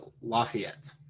Lafayette